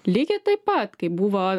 lygiai taip pat kaip buvo